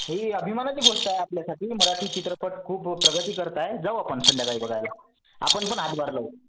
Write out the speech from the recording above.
ही अभिमानाची गोष्ट आहे आपल्यासाठी मराठी चित्रपट खूप प्रगती करतंय जाऊ आपण संध्याकाळी बघायला आपण पण हातभार लावू